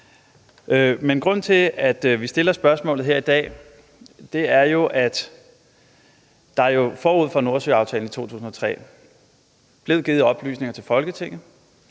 Men grunden til, at vi stiller spørgsmålet her i dag, er, at der jo forud for Nordsøaftalen i 2003 blev givet oplysninger til Folketinget